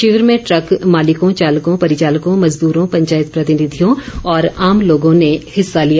शिविर में ट्रक मालिकों चालकों परिचालकों मजदूरों पंचायत प्रतिनिधियों और आम लोगों ने हिस्सा लिया